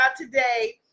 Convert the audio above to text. today